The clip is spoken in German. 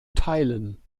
teilen